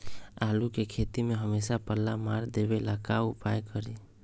आलू के खेती में हमेसा पल्ला मार देवे ला का उपाय करी?